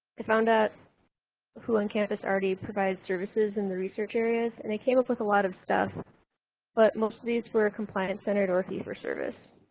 i found out who on campus already provided services in the research areas and i came up with a lot of stuff but most of these were compliant centered or fee-for-service.